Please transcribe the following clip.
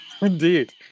Indeed